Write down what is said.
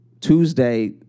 Tuesday